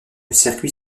circuit